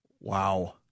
Wow